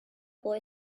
boy